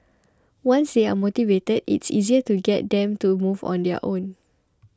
once they are motivated it's easier to get them to move on their own